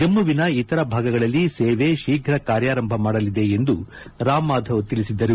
ಜಮ್ಖುವಿನ ಇತರ ಭಾಗಗಳಲ್ಲಿ ಸೇವೆ ಶೀಘ್ರ ಕಾರ್ಯಾರಂಭ ಮಾಡಲಿದೆ ಎಂದು ರಾಮ್ ಮಾಧವ್ ತಿಳಿಸಿದರು